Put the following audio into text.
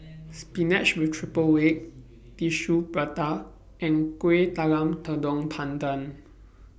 Spinach with Triple Egg Tissue Prata and Kueh Talam Tepong Pandan